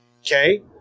Okay